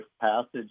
passage